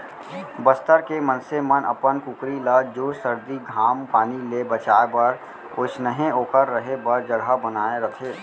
बस्तर के मनसे मन अपन कुकरी ल जूड़ सरदी, घाम पानी ले बचाए बर ओइसनहे ओकर रहें बर जघा बनाए रथें